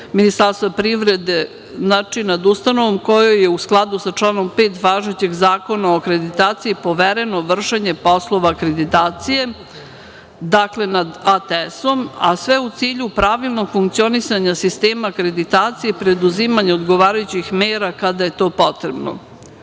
Ministarstva privrede, znači nad ustanovom u kojoj u skladu sa članom 5. važećeg Zakona o akreditaciji povereno vršenje poslova akreditacije, dakle, nad ATS-om, a sve u cilju pravilnog funkcionisanja sistema akreditacije i preduzimanja odgovarajućih mera kada je to potrebno.U